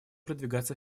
продвигаться